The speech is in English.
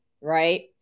right